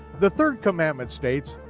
the third commandment states,